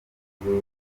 kugezwa